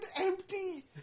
empty